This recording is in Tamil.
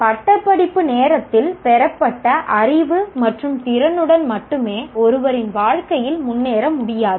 பட்டப்படிப்பு நேரத்தில் பெறப்பட்ட அறிவு மற்றும் திறனுடன் மட்டுமே ஒருவரின் வாழ்க்கையில் முன்னேற முடியாது